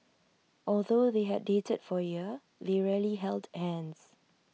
although they had dated for A year they rarely held hands